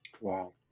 Wow